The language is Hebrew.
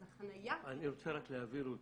אז החניה --- אני רוצה רק להבהיר ולתקן.